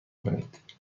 کنید